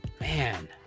Man